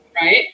right